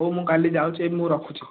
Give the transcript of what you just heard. ହେଉ ମୁଁ କାଲି ଯାଉଛି ଏବେ ମୁଁ ରଖୁଛି